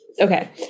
Okay